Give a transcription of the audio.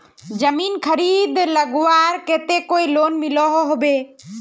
जमीन खरीद लगवार केते कोई लोन मिलोहो होबे?